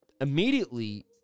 Immediately